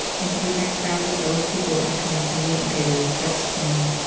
and to prevent crowds of zealous people from coming to meet and pay their respects to me.